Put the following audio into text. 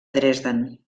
dresden